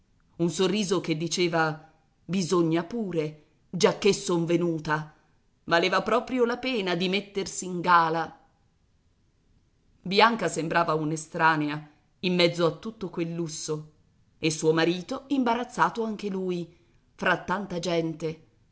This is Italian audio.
un sorriso che diceva bisogna pure giacché son venuta valeva proprio la pena di mettersi in gala bianca sembrava un'estranea in mezzo a tutto quel lusso e suo marito imbarazzato anche lui fra tanta gente